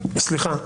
סליחה,